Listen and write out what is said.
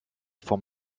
vom